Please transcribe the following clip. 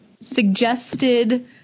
suggested